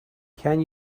can